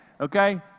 Okay